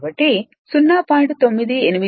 కాబట్టి 0